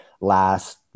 last